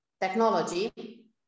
technology